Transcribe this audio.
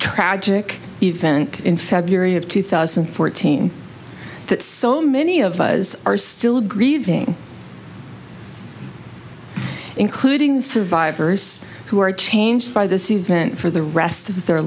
tragic event in february of two thousand and fourteen that so many of us are still grieving including survivors who are changed by this event for the rest of their